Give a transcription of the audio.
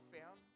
found